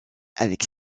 avec